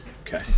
Okay